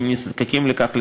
אם נזקקים לכך,